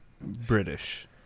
British